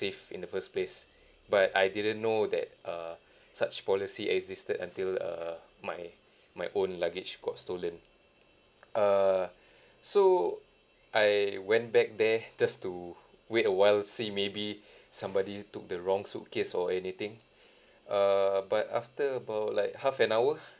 safe in the first place but I didn't know that uh such policy existed until err my my own luggage got stolen err so I went back there just to wait a while see maybe somebody took the wrong suitcase or anything err but after about like half an hour